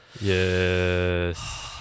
Yes